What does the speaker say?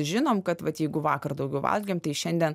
žinom kad vat jeigu vakar daugiau valgėm tai šiandien